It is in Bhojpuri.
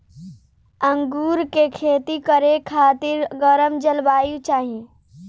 अंगूर के खेती करे खातिर गरम जलवायु चाही